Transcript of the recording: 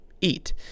eat